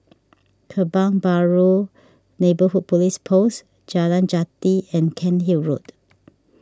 Kebun Baru Neighbourhood Police Post Jalan Jati and Cairnhill Road